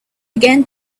again